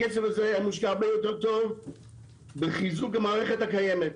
הכסף הזה היה מושקע הרבה יותר טוב בחיזוק המערכת הקיימת